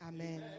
Amen